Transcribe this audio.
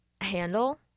handle